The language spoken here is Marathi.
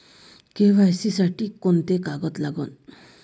के.वाय.सी साठी कोंते कागद लागन?